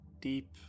deep